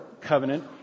covenant